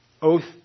oath